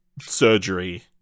surgery